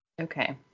Okay